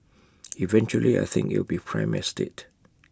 eventually I think IT will be prime estate